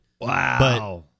Wow